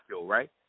right